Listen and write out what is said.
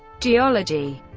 geology